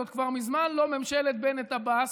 זאת כבר מזמן לא ממשלת בנט-עבאס,